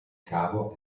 cavo